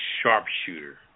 sharpshooter